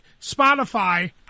Spotify